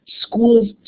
Schools